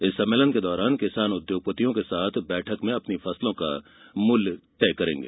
इस सम्मेलन के दौरान किसान उद्योगपतियों के साथ बैठक में अपनी फसलों का मूल्य तय करेंगे